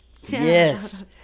Yes